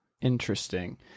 Interesting